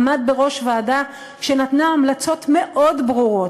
עמד בראש ועדה שנתנה המלצות מאוד ברורות